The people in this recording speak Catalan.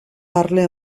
parle